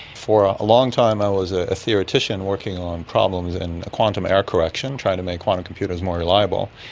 for a long time i was a a theoretician working on problems in quantum error correction, trying to make quantum computers more reliable.